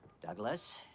douglas?